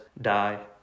die